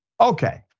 okay